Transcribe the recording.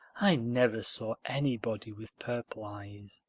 i never saw anybody with purple eyes,